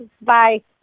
Bye